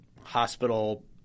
hospital